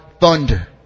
thunder